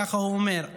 ככה הוא אומר,